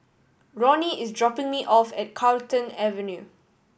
Ronny is dropping me off at Carlton Avenue